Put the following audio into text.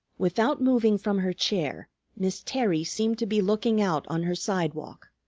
without moving from her chair miss terry seemed to be looking out on her sidewalk,